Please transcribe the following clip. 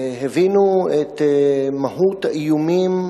והבינו את מהות האיומים